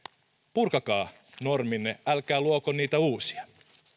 purkakaa norminne älkää luoko niitä uusia